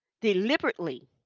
Deliberately